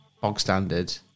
bog-standard